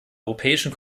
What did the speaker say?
europäischen